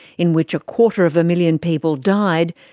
in which a quarter of a million people died,